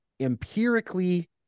empirically